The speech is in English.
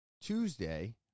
Tuesday